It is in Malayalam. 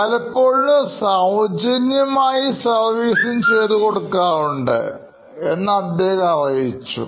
പലപ്പോഴും സൌജന്യമായി സർവീസിങ് ചെയ്തു കൊടുക്കാറുണ്ട് എന്ന് അദ്ദേഹം അറിയിച്ചു